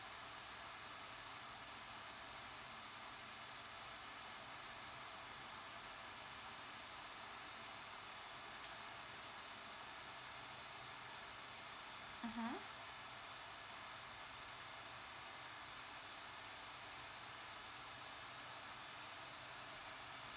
mmhmm